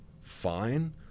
fine